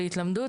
להתלמדות,